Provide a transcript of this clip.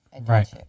Right